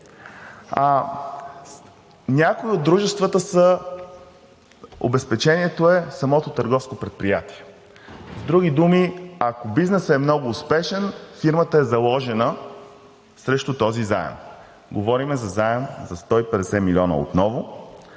някои от дружествата, е самото търговско предприятие. С други думи, ако бизнесът е много успешен, фирмата е заложена срещу този заем. Говорим за заем от 150 милиона отново,